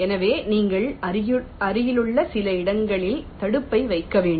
எனவே நீங்கள் அருகிலுள்ள சில இடங்களில் தடுப்பை வைக்க வேண்டும்